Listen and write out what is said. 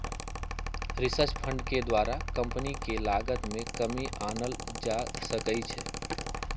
research fund के द्वारा company के लागत में कमी आनल जा सकइ छै